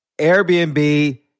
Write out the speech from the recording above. Airbnb